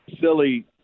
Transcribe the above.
silly